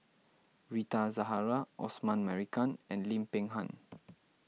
Rita Zahara Osman Merican and Lim Peng Han